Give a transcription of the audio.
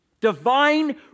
Divine